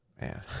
Man